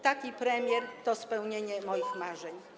Taki premier to spełnienie moich marzeń.